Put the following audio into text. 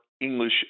english